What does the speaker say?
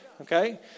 Okay